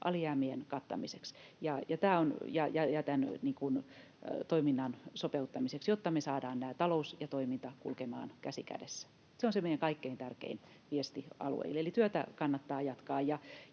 alijäämien kattamiseksi ja toiminnan sopeuttamiseksi, jotta me saadaan talous ja toiminta kulkemaan käsi kädessä. Se on se meidän kaikkein tärkein viesti alueille, eli työtä kannattaa jatkaa.